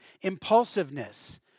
Impulsiveness